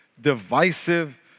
divisive